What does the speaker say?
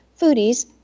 foodies